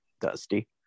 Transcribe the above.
Dusty